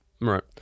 Right